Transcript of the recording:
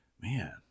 man